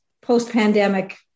post-pandemic